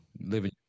living